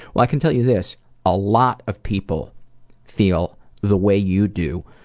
well i can tell you this a lot of people feel the way you do.